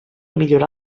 millorar